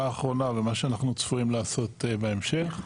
האחרונה ומה שאנחנו צפויים לעשות בהמשך.